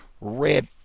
Red